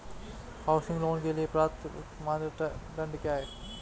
Housing loan के लिए पात्रता मानदंड क्या हैं?